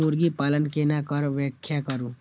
मुर्गी पालन केना करब व्याख्या करु?